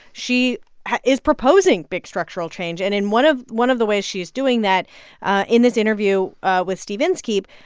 she is proposing big structural change. and in one of one of the ways she's doing that in this interview with steve inskeep,